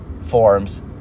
forms